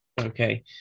okay